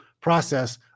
process